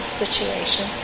situation